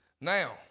Now